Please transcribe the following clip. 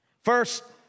First